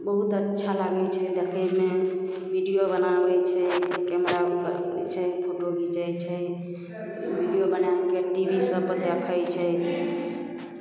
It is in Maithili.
बहुत अच्छा लागै छै देखैमे वीडिओ बनाबै छै कैमरामे छै फोटो घिचै छै वीडिओ बनैके टी वी सबपर देखै छै